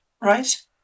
right